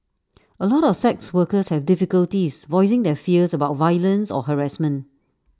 A lot of sex workers have difficulties voicing their fears about violence or harassment